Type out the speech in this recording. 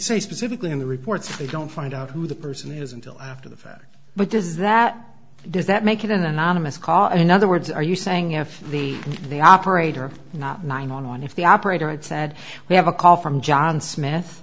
say specifically in the reports they don't find out who the person is until after the fact but does that does that make it an anonymous call in other words are you saying if the the operator not nine on if the operator had said we have a call from john smith